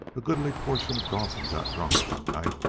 a goodly portion of dawson got drunk that night.